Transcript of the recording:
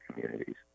communities